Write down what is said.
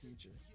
future